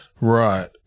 Right